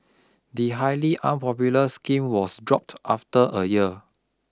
the highly unpopular scheme was dropped after a year